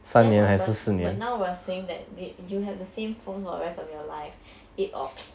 ya lah but but now we are saying that that you have the same phone for the rest of your life it off